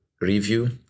review